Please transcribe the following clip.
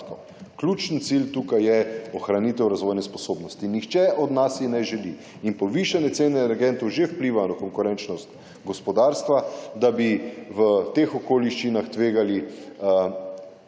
Ključen cilj tukaj je ohranitev razvojne sposobnosti. Nihče od nas si ne želi in povišane cene energentov že vplivajo na konkurenčnost gospodarstva, da bi v teh okoliščinah tvegali